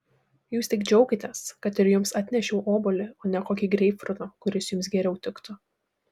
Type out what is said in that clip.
jūs tik džiaukitės kad ir jums atnešiau obuolį o ne kokį greipfrutą kuris jums geriau tiktų